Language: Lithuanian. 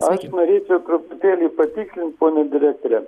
aš norėčiau truputėlį patikslint ponią direktorę